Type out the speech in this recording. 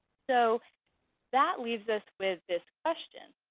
so that leaves us with this question,